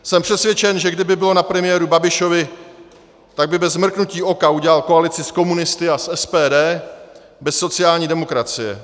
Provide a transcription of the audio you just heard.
Jsem přesvědčen, že kdyby bylo na premiéru Babišovi, tak by bez mrknutí oka udělal koalici s komunisty a s SPD bez sociální demokracie.